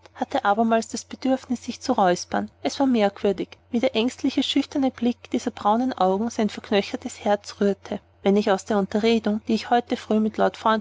hatte abermals das bedürfnis sich zu räuspern es war merkwürdig wie der ängstliche schüchterne blick dieser braunen augen sein verknöchertes herz rührte wenn ich aus der unterredung die ich heute früh mit lord